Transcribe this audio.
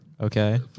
Okay